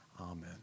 Amen